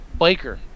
biker